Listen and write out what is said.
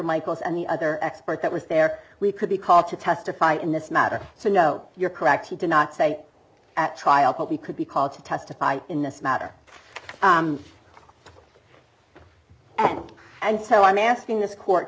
michaels and the other expert that was there we could be called to testify in this matter so no you're correct he did not say at trial but we could be called to testify in this matter and and so i'm asking this court